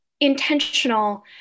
intentional